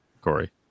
Corey